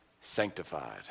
sanctified